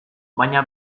baina